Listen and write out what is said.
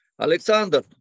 Alexander